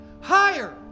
higher